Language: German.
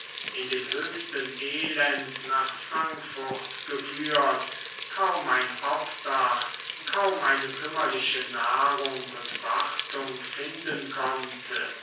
in dem höchsten elend nach frankfurt geführt kaum ein obdach kaum eine kümmerliche nahrung und wartung finden konnte